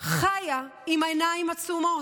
חיה עם העיניים עצומות.